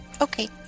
Okay